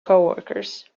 coworkers